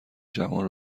جوان